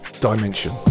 Dimension